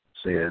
says